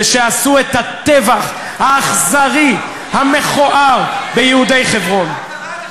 ושעשו את הטבח האכזרי, המכוער, ביהודי חברון.